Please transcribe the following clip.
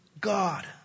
God